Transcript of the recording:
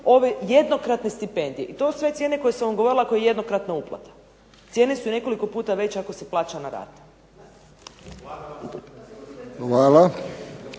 ove jednokratne stipendije, i to sve cijene koje sam vam govorila kao jednokratna uplata. Cijene su nekoliko puta veće ako se plaća na rate.